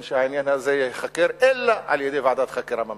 שהעניין הזה ייחקר אלא על-ידי ועדת חקירה ממלכתית.